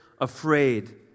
afraid